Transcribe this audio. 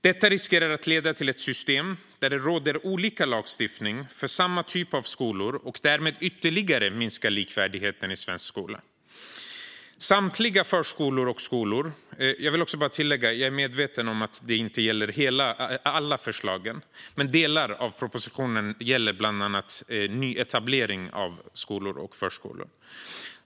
Detta riskerar att leda till ett system där det råder olika lagstiftning för samma typ av skolor, vilket ytterligare minskar likvärdigheten i svensk skola. Jag vill också tillägga att jag är medveten om att detta inte gäller alla förslagen, men delar av propositionen gäller bland annat nyetablering av skolor och förskolor.